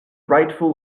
rightful